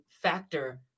factor